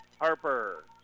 Harper